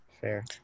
Fair